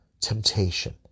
Temptation